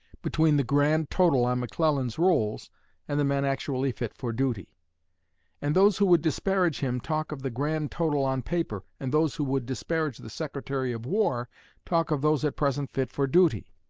between the grand total on mcclellan's rolls and the men actually fit for duty and those who would disparage him talk of the grand total on paper, and those who would disparage the secretary of war talk of those at present fit for duty.